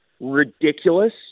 ridiculous